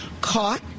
caught